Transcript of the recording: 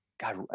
God